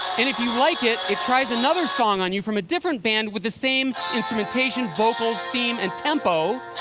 and if you like it, it tries another song on you from a different band, with the same instrumentation, vocals, theme and tempo.